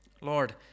Lord